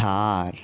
थार